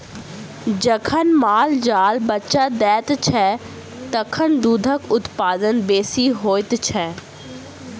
जखन माल जाल बच्चा दैत छै, तखन दूधक उत्पादन बेसी होइत छै